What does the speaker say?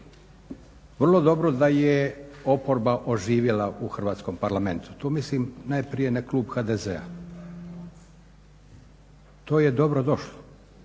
Vrlo dobro da je oporba oživjela u hrvatskom Parlamentu. Tu mislim najprije na klub HDZ-a. To je dobro došlo.